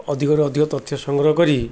ଅଧିକରୁ ଅଧିକ ତଥ୍ୟ ସଂଗ୍ରହ କରି